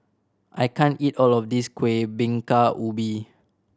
I can't eat all of this Kueh Bingka Ubi